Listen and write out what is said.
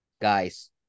guys